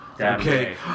Okay